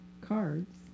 Cards